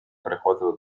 приходили